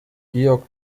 georg